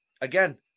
again